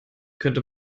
könnte